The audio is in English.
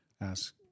ask